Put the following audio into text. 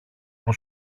που